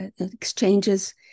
exchanges